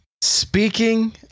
speaking